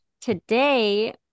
today